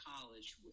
college